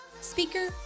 Speaker